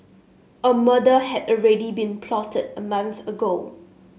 a murder had already been plotted a month ago